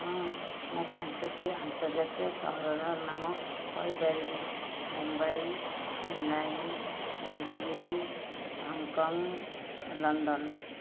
ହଁ ମୁଁ ପାଞ୍ଚଟି ଆନ୍ତର୍ଜାତୀୟ ସହରର ନାମ କହିପାରିବି ମୁମ୍ବାଇ ଚେନ୍ନାଇ ଦିଲ୍ଲୀ ହଂକଂ ଲଣ୍ଡନ